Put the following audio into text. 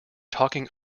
talking